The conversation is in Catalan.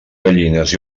gallines